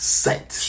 set